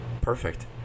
Perfect